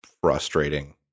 frustrating